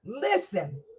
Listen